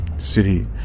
city